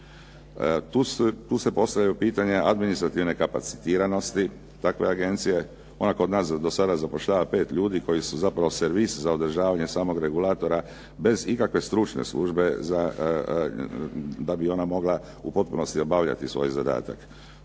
Tu se postavljaju pitanja administrativne kapacitiranosti takve agencije, ona kod nas do sada zapošljava 5 ljudi koji su zapravo servis za održavanje samog regulatora bez ikakve stručne službe da bi ona mogla u potpunosti obavljati svoj zadatak.